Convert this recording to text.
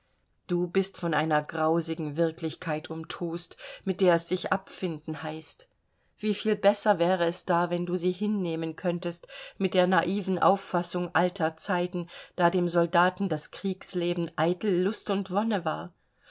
du bist von einer grausigen wirklichkeit umtost mit der es sich abfinden heißt wie viel besser wäre es da wenn du sie hinnehmen könntest mit der naiven auffassung alter zeiten da dem soldaten das kriegsleben eitel lust und wonne war